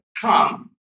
come